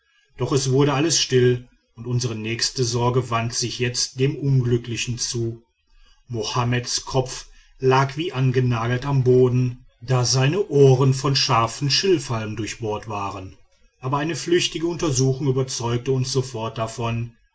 doch es wurde alles still und unsere nächste sorge wandte sich jetzt dem unglücklichen zu mohammeds kopf lag wie angenagelt am boden da seine ohren von scharfen schilfhalmen durchbohrt waren aber eine flüchtige untersuchung überzeugte uns sofort davon